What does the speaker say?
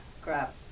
crap